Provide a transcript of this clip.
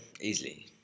Easily